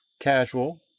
casual